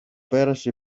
πέρασε